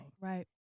Right